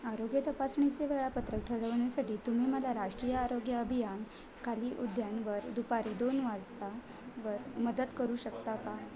आरोग्य तपासणीचे वेळापत्रक ठरवण्यासाठी तुम्ही मला राष्ट्रीय आरोग्य अभियान खाली उद्यानवर दुपारी दोन वाजता वर मदत करू शकता का